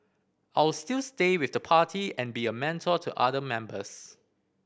I'll still stay with the party and be a mentor to other members